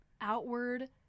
outward